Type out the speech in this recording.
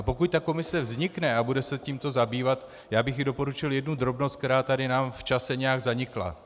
Pokud ta komise vznikne a bude se tímto zabývat, já bych jí doporučil jednu drobnost, která nám tady v čase nějak zanikla.